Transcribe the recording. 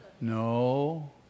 No